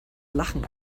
lachen